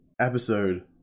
episode